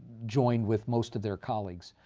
joined with most of their colleagues.